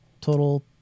total